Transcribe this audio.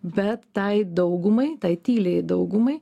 bet tai daugumai tai tyliai daugumai